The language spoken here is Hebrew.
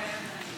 מתחייבת אני